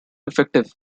effective